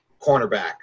cornerback